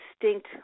distinct